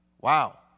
Wow